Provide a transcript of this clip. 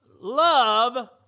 love